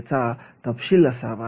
याचा तपशील असावा